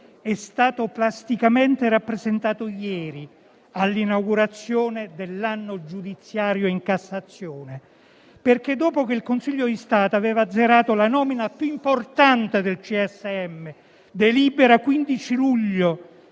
è stato plasticamente rappresentato ieri all'inaugurazione dell'anno giudiziario in Cassazione. Dopo che il Consiglio di Stato aveva azzerato la nomina più importante del CSM - delibera del 15 luglio